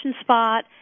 spot